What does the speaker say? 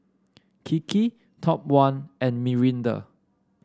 Kiki Top One and Mirinda